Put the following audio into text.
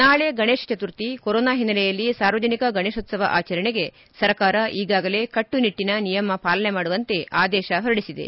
ನಾಳೆ ಗಣೇಶ ಚತುರ್ಥಿ ಕೊರೊನಾ ಹಿನ್ನೆಲೆಯಲ್ಲಿ ಸಾರ್ವಜನಿಕ ಗಣೇಶೋತ್ವವ ಆಚರಣೆಗೆ ಸರ್ಕಾರ ಈಗಾಗಲೇ ಕಟ್ಟುನಿಟ್ಟನ ನಿಯಮ ಪಾಲನೆ ಮಾಡುವಂತೆ ಸರ್ಕಾರ ಆದೇಶ ಹೊರಡಿಸಿದೆ